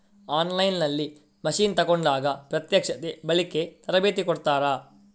On line ನಲ್ಲಿ machine ತೆಕೋಂಡಾಗ ಪ್ರತ್ಯಕ್ಷತೆ, ಬಳಿಕೆ, ತರಬೇತಿ ಕೊಡ್ತಾರ?